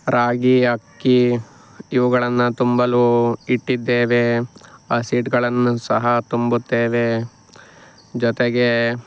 ರಾಗಿ ಅಕ್ಕಿ ಇವುಗಳನ್ನು ತುಂಬಲು ಇಟ್ಟಿದ್ದೇವೆ ಹಸಿಟ್ಟುಗಳನ್ನು ಸಹ ತುಂಬುತ್ತೇವೆ ಜೊತೆಗೆ